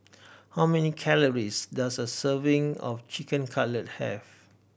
how many calories does a serving of Chicken Cutlet have